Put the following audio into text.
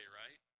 right